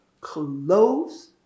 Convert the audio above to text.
close